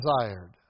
desired